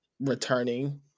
returning